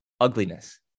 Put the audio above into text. ugliness